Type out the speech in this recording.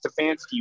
Stefanski